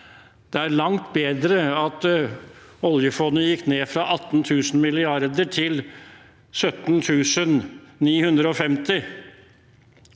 være langt bedre at oljefondet gikk ned fra 18 000 mrd. kr til 17 950